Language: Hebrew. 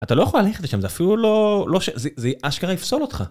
אתה לא יכול להניח את זה שם, זה אפילו לא... זה אשכרה יפסול אותך.